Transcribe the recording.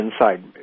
inside